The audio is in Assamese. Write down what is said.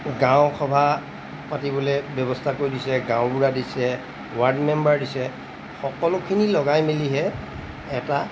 গাঁওসভা পাতিবলৈ ব্যৱস্থা কৰি দিছে গাঁওবুঢ়া দিছে ৱাৰ্ড মেম্বাৰ দিছে সকলোখিনি লগাই মেলিহে এটা